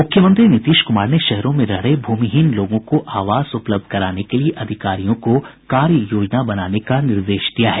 मूख्यमंत्री नीतीश कृमार ने शहरों में रह रहे भूमिहीन लोगों को आवास उपलब्ध कराने के लिये अधिकारियों को कार्य योजना बनाने का निर्देश दिया है